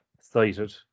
cited